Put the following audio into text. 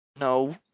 No